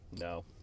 No